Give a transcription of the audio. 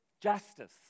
Justice